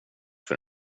för